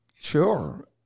Sure